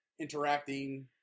interacting